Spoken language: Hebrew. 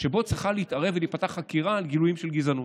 שבו צריך להתערב וצריכה להיפתח חקירה על גילויים של גזענות.